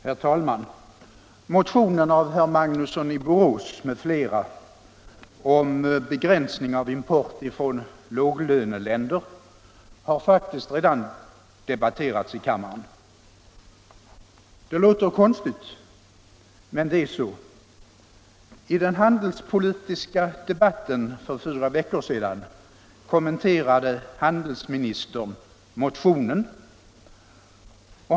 Herr talman! Motionen av herr Magnusson i Borås m.fl. om begränsning av import från låglöneländer har faktiskt redan debatterats i kammaren. Det låter konstigt, men det är så. I den handelspolitiska debatten för fyra veckor sedan kommenterade handelsministern motionen.